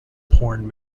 porn